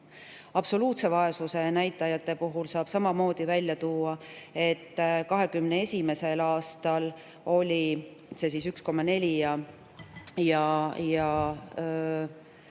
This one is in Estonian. Absoluutse vaesuse näitajate puhul saab samamoodi välja tuua, et 2021. aastal oli see 1,4 ja